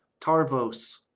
Tarvos